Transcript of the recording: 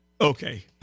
Okay